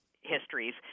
histories